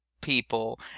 people –